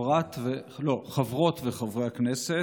חברות וחברי הכנסת,